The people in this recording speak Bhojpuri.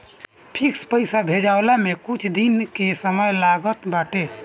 फिक्स पईसा भेजाववला में कुछ दिन के समय लागत बाटे